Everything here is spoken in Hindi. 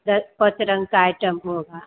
दस पाँच रंग का आइटम होगा